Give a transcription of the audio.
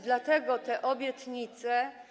Dlatego te obietnice.